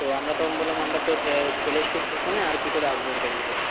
তো আমরা তখন বললাম আমরা তো চলে এসছি স্টেশনে আর কি করে আসবো ইন্টারভিউ দিতে